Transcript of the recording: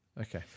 Okay